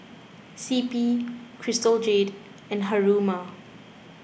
C P Crystal Jade and Haruma